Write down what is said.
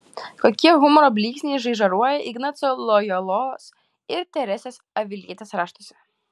kokie humoro blyksniai žaižaruoja ignaco lojolos ir teresės avilietės raštuose